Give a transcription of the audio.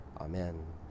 Amen